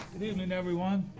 good evening everyone